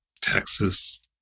Texas